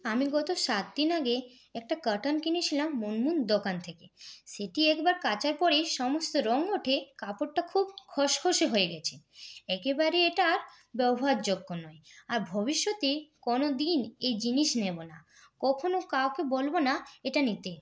আমি গত সাত দিন আগে একটা কারটেন কিনেছিলাম মুনমুন দোকান থেকে সেটি একবার কাচার পরেই সমস্ত রঙ উঠে কাপড়টা খুব খসখসে হয়ে গেছে একেবারে এটা আর ব্যবহারযোগ্য নয় আর ভবিষ্যতে কোনোদিন এই জিনিস নেব না কখনো কাউকে বলব না এটা নিতে